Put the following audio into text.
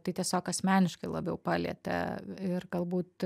tai tiesiog asmeniškai labiau palietė ir galbūt